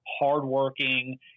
hardworking